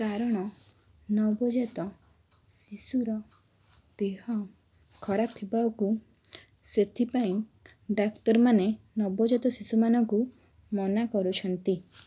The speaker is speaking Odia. କାରଣ ନବଜାତ ଶିଶୁର ଦେହ ଖରାପ ହେବା ହେତୁ ସେଥିପାଇଁ ଡାକ୍ତରମାନେ ନବଜାତ ଶିଶୁମାନଙ୍କୁ ମନା କରୁଛନ୍ତି